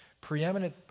preeminent